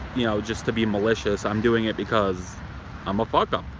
you know, just to be malicious. i'm doing it because i'm a fuck up.